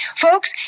Folks